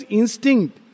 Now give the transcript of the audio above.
instinct